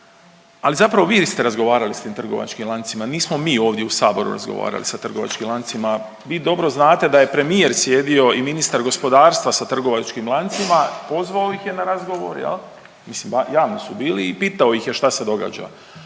Ali zapravo vi ste razgovarali sa tim trgovačkim lancima, nismo mi ovdje u Saboru razgovarali sa trgovačkim lancima, vi dobro znate da je premijer sjedio i ministar gospodarstva sa trgovačkim lancima, pozvao ih je na razgovor, je li, mislim javni su bili i pitao ih je šta se događa.